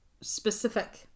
specific